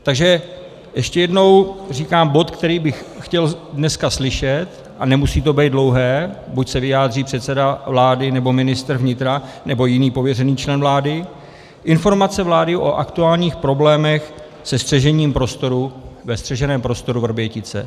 Takže ještě jednou říkám bod, který bych chtěl dneska slyšet, a nemusí to být dlouhé, buď se vyjádří předseda vlády, nebo ministr vnitra, nebo jiný pověřený člen vlády: Informace vlády o aktuálních problémech se střežením prostoru ve střeženém prostoru Vrbětice.